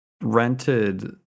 rented